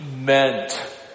meant